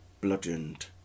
bludgeoned